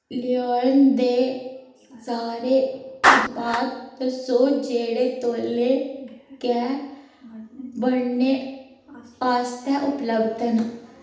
लियाओ दे सारे उत्पाद दस्सो जेह्ड़े तौले गै बड़ने आस्तै उपलब्ध न